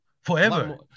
forever